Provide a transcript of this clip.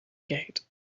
gate